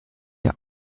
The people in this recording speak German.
der